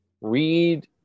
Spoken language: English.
read